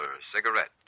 cigarette